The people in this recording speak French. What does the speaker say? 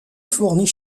fournit